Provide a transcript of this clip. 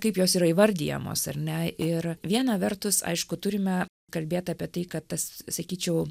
kaip jos yra įvardijamos ar ne ir viena vertus aišku turime kalbėt apie tai kad tas sakyčiau